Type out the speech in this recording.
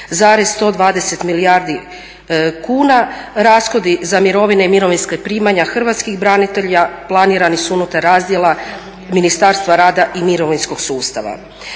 su 36,120 milijardi kuna, rashodi za mirovine i mirovinska primanja hrvatskih branitelja planirani su unutar razdjela Ministarstva rada i mirovinskog sustava.